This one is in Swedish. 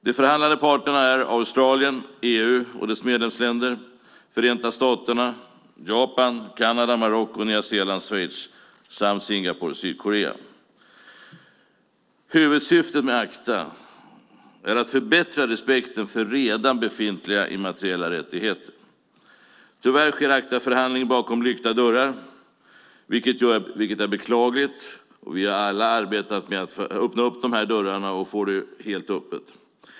De förhandlande parterna är Australien, EU och dess medlemsländer, Förenta staterna, Japan, Kanada, Marocko, Nya Zeeland, Schweiz, Singapore och Sydkorea. Huvudsyftet med ACTA är att förbättra respekten för redan befintliga immateriella rättigheter. Tyvärr sker ACTA-förhandlingarna bakom lyckta dörrar, vilket är beklagligt. Vi har alla arbetat för att öppna de dörrarna och få det helt öppet.